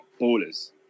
ballers